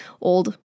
old